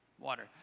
Water